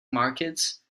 markets